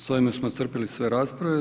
S ovime smo iscrpili sve rasprave.